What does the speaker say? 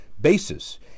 basis